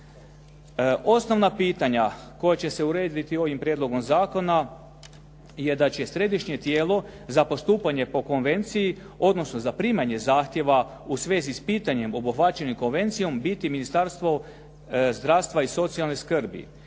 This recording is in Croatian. Osnovna pitanja koja će se urediti ovim prijedlogom zakona je da će središnje tijelo za postupanje po konvenciji odnosno zaprimanje zahtjeva u svezi s pitanjem obuhvaćenim konvencijom biti Ministarstvo zdravstva i socijalne skrbi.